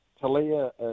Talia